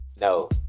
No